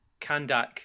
Kandak